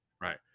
Right